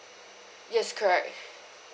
yes correct